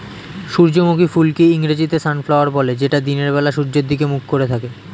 সূর্যমুখী ফুলকে ইংরেজিতে সানফ্লাওয়ার বলে যেটা দিনের বেলা সূর্যের দিকে মুখ করে থাকে